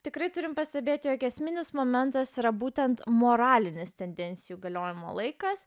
tikrai turime pastebėti jog esminis momentas yra būtent moralinis tendencijų galiojimo laikas